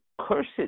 Cursed